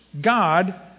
God